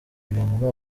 ibintu